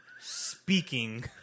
speaking